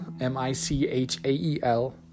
m-i-c-h-a-e-l